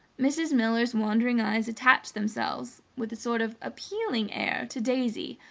mrs. miller's wandering eyes attached themselves, with a sort of appealing air, to daisy,